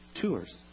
tours